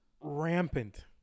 rampant